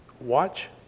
Watch